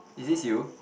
is this you